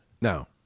Now